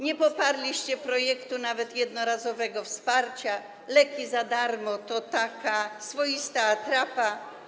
nie poparliście projektu nawet jednorazowego wsparcia, leki za darmo to swoista atrapa.